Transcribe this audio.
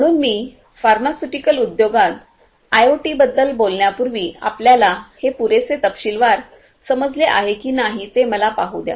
म्हणून मी फार्मास्युटिकल उद्योगात आयओटीबद्दल बोलण्यापूर्वी आपल्याला हे पुरेसे तपशीलवार समजले आहे की नाही ते मला पाहू द्या